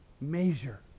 measure